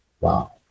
Wow